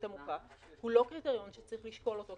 עמוקה הוא לא קריטריון שצריך לשקול אותו,